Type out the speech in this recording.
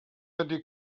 ydy